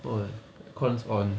!oi! the comms on